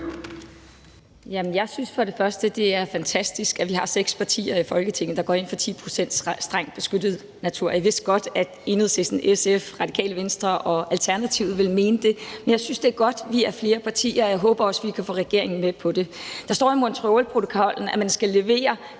Jeg synes først og fremmest, det er fantastisk, at vi har seks partier i Folketinget, der går ind for 10 pct. strengt beskyttet natur. Jeg vidste godt, at Enhedslisten, SF, Radikale Venstre og Alternativet ville mene det, men jeg synes, det er godt, at vi er flere partier, og jeg håber også, at vi kan få regeringen med på det. Der står i Montrealprotokollen, at man skal levere